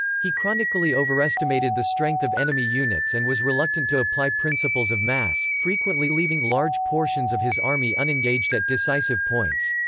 he chronically overestimated the strength of enemy units and was reluctant to apply principles of mass, frequently leaving large portions of his army unengaged at decisive points.